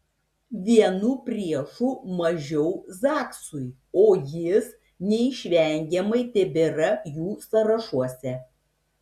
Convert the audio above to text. vienu priešu mažiau zaksui o jis neišvengiamai tebėra jų sąrašuose